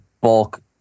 bulk